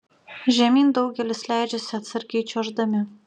žemyn daugelis leidžiasi atsargiai čiuoždami